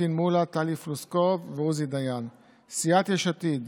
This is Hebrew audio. פטין מולא, טלי פלוסקוב ועוזי דיין, סיעת יש עתיד,